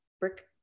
brick